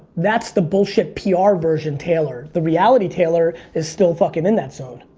that's the bullshit pr version taylor. the reality taylor is still fuckin' in that zone.